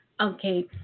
okay